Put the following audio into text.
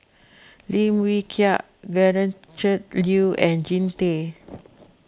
Lim Wee Kiak Gretchen Liu and Jean Tay